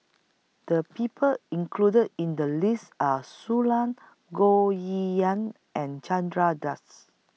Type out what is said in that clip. The People included in The list Are Shui Lan Goh Yihan and Chandra Das